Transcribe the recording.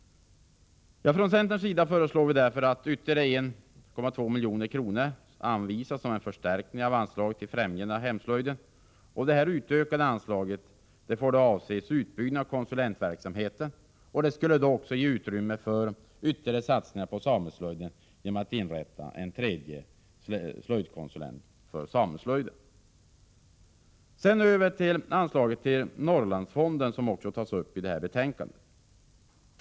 Från centerns sida föreslår vi att ytterligare 1,2 milj.kr. anvisas som en förstärkning av anslaget till fftämjande av hemslöjden. Det här utökade anslaget får avse utbyggnad av konsulentverksamheten och skulle då också ge utrymme för ytterligare satsningar på sameslöjden genom att man därigenom kunde inrätta en tredje slöjdkonsulenttjänst för sameslöjd. Sedan över till anslaget för Norrlandsfonden, som också tas upp i det här betänkandet.